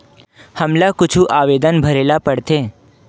हमला कुछु आवेदन भरेला पढ़थे?